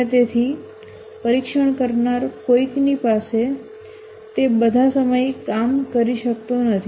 અને તેથી પરીક્ષણ કરનાર કોઈકની પાસે તે બધા સમય કામ કરી શકતો નથી